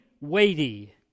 weighty